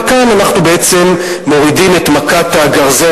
וכאן אנחנו בעצם מורידים את מכת הגרזן